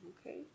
Okay